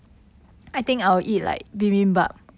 yeah